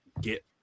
get